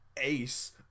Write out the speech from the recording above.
ace